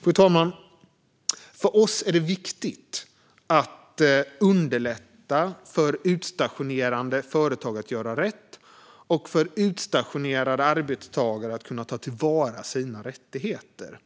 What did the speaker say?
Fru talman! För oss är det viktigt att underlätta för utstationerande företag att göra rätt och för utstationerade arbetstagare att kunna ta till vara sina rättigheter.